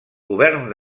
govern